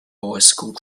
bicycle